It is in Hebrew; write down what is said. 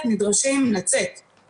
מרכז פרס לשלום או לא יודע מי,